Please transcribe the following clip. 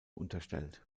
unterstellt